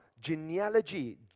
genealogy